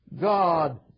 God